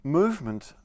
movement